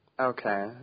Okay